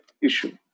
issue